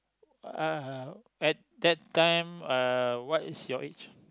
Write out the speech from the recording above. uh at that time uh what is your age